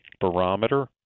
Barometer